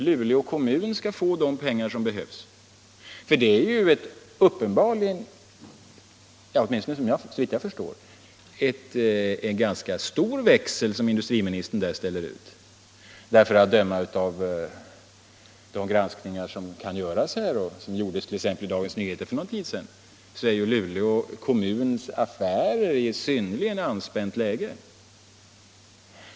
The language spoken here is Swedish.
Luleå skall få de pengar som behövs. Såvitt jag förstår är det en ganska stor växel som industriministern där ställer ut. Ty enligt de granskningar som kan göras, och som gjordes exempelvis i Dagens Nyheter för en tid sedan, så befinner sig Luleå kommuns affärer i ett synnerligen ansträngt läge.